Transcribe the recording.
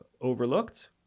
overlooked